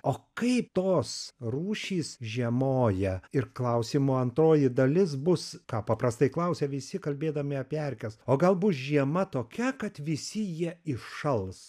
o kaip tos rūšys žiemoja ir klausimo antroji dalis bus ką paprastai klausia visi kalbėdami apie erkes o gal bus žiema tokia kad visi jie iššals